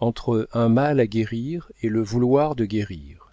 entre un mal à guérir et le vouloir de guérir